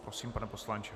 Prosím, pane poslanče.